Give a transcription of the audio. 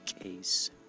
case